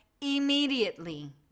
immediately